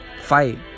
Fight